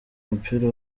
umupira